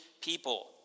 people